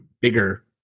bigger